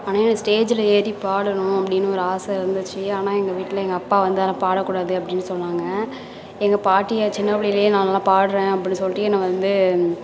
ஆனால் எனக்கு ஸ்டேஜில் ஏறி பாடணும் அப்படினு ஒரு ஆசை வந்திச்சு ஆனால் எங்கள் வீட்டில் எங்கள் அப்பா வந்து அதெலாம் பாடக்கூடாது அப்படினு சொன்னாங்க எங்கள் பாட்டியே சின்ன பிள்ளையிலே நான் நல்லா பாடுறேன் அப்படினு சொல்லிட்டு என்னை வந்து